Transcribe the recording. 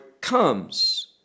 comes